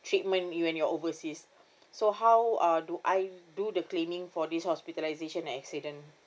treatment you when you're overseas so how uh do I do the claiming for this hospitalization and accident